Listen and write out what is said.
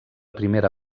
primera